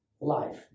life